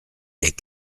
est